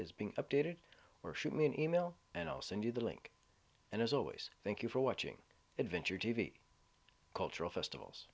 is being updated or shoot me an email and i'll send you the link and as always thank you for watching adventure t v cultural festivals